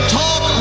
talk